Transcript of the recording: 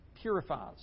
Purifies